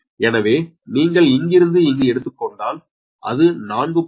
எனவே நீங்கள் இங்கிருந்து இங்கு எடுத்துக்கொண்டால் அது 4